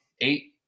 Eight